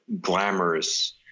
glamorous